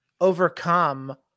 overcome